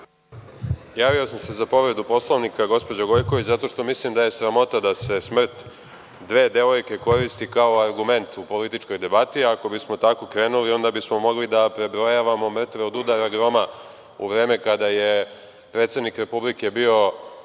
Javio sam se za povredu Poslovnika, gospođo Gojković zato što mislim da je sramota da se smrt dve devojke koristi kao argument u političkoj debati. Ako bismo tako krenuli, onda bismo mogli da prebrojavamo mrtve od udara groma u vreme kada je predsednik Republike bio